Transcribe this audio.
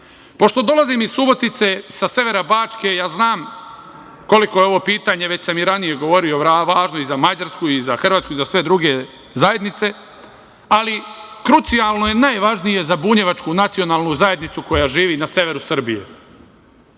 dolazim iz Subotice, sa severa Bačke, ja znam koliko je ovo pitanje, već sam i ranije govorio važno i za Mađarsku, za Hrvatsku i za sve druge zajednice, ali krucijalno je najvažnije za bunjevačku nacionalnu zajednicu koja živi na severu